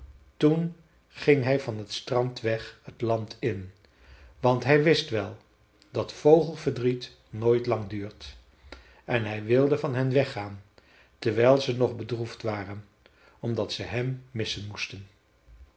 toen ging hij van t strand weg het land in want hij wist wel dat vogelverdriet nooit lang duurt en hij wilde van hen weggaan terwijl ze nog bedroefd waren omdat ze hem missen moesten